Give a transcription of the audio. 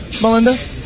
Melinda